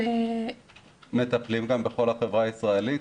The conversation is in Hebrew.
אנחנו מטפלים בכל החברה הישראלית.